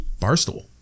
Barstool